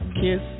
Kiss